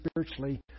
spiritually